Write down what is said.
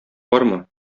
бармы